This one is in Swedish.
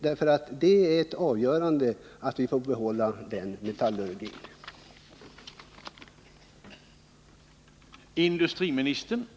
Det är av avgörande samhällsekonomisk betydelse att vi får behålla den metallurgiska verksamhet som där bedrivs.